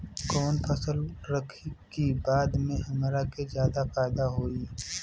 कवन फसल रखी कि बाद में हमरा के ज्यादा फायदा होयी?